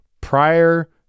prior